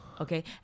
Okay